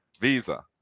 Visa